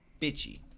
bitchy